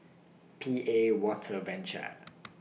P A Water Venture